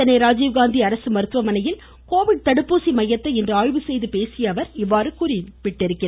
சென்னை ராஜீவ்காந்தி அரசு மருத்துவமனையில் கோவிட் தடுப்பூசி மையத்தை இன்று ஆய்வு செய்து பேசிய அவர் இதனை தெரிவித்தார்